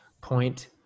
point